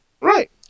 Right